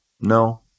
no